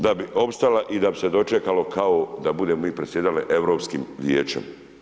Da bi opstala i da bi se dočekalo kao da budemo mi presjedali Europskim vijećem.